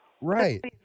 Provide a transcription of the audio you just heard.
Right